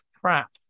crap